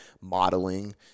modeling